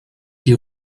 die